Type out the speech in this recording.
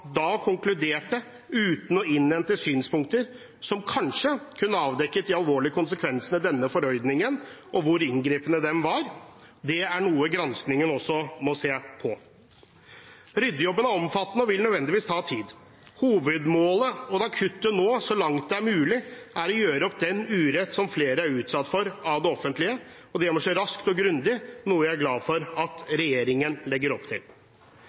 konkluderte da uten å innhente synspunkter som kanskje kunne avdekket de alvorlige konsekvensene av denne forordningen, og hvor inngripende den var. Det er noe granskingen også må se på. Ryddejobben er omfattende og vil nødvendigvis ta tid. Hovedmålet og det akutte nå, så langt det er mulig, er å gjøre opp for den urett som flere er utsatt for fra det offentlige. Det må skje raskt og grundig, noe jeg er glad for at regjeringen legger opp til.